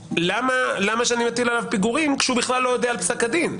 למה שאני אטיל עליו פיגורים כשהוא בכלל לא יודע על פסק הדין?